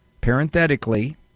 parenthetically